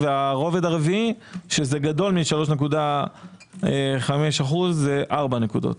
הרובד הרביעי, גדול מ-3.5%, זה ארבע נקודות.